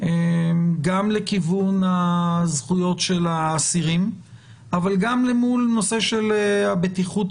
גם לכיוון הזכויות של האסירים אבל גם אל מול נושא של ביטחון